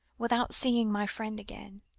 without seeing my friend again.